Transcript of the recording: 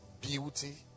beauty